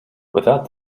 without